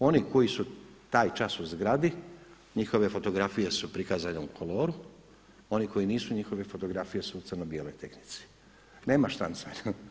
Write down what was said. Oni koji su taj čas u zgradi njihove fotografije su prikazane u koloru, oni koji nisu njihove fotografije su u crno bijeloj tehnici, nema štanjcanja.